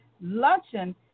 luncheon